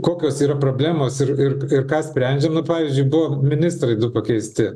kokios yra problemos ir ir ką sprendžia nu pavyzdžiui buvo ministrai du pakeisti